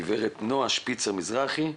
גברת נועה שפיצר מזרחי,